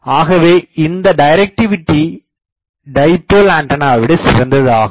ஆகவே இந்த directivity dipole ஆண்டனாவை விட சிறந்தது ஆகும்